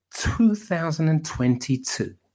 2022